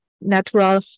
natural